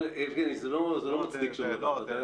אבל יבגני, זה לא מצדיק שום דבר.